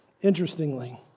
Interestingly